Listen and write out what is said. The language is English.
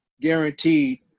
guaranteed